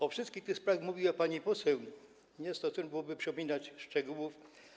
O wszystkich tych sprawach mówiła pani poseł, niewskazane byłoby przypominanie szczegółów.